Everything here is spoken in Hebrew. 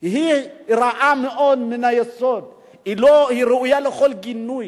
היא רעה מאוד מן היסוד, היא ראויה לכל גינוי.